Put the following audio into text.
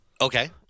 Okay